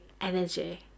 energy